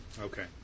Okay